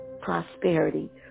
prosperity